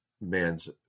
man's